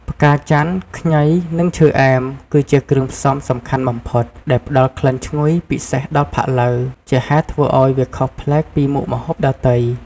ផ្កាចន្ទន៍ ខ្ញី និងឈើអែម គឺជាគ្រឿងផ្សំសំខាន់បំផុត ដែលផ្ដល់ក្លិនឈ្ងុយពិសេសដល់ផាក់ឡូវ ជាហេតុធ្វើឱ្យវាខុសប្លែកពីមុខម្ហូបដទៃ។